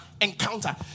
encounter